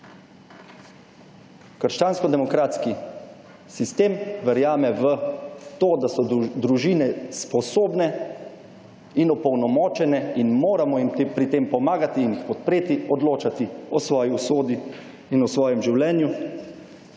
krščansko-demokratski sistem verjame v to, da so družine sposobne in opolnomočene in moremo jim pri tem pomagati in jih podpreti, odločati o svoji usodi in o svojem življenju